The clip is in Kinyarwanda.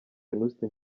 venuste